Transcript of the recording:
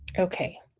okay,